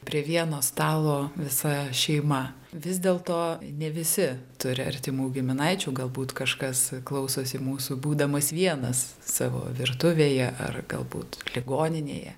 prie vieno stalo visa šeima vis dėl to ne visi turi artimų giminaičių galbūt kažkas klausosi mūsų būdamas vienas savo virtuvėje ar galbūt ligoninėje